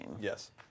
Yes